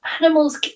Animals